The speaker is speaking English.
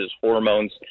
hormones